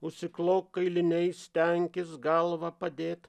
užsiklok kailiniais stenkis galvą padėt